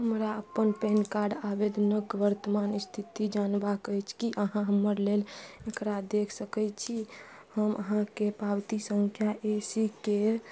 हमरा अपन pan card आवेदनक वर्तमान इस्थिति जानबाक अछि कि अहाँ हमरा लेल एकरा देखि सकै छी हम अहाँकेँ पावती सँख्या ए सी के